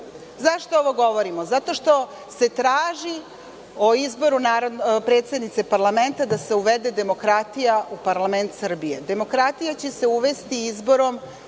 Zašto ovo govorimo? Zato što se traži o izboru predsednice parlamenta da se uvede demokratija u parlament Srbije. Demokratija će se uvesti izborom